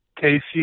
Casey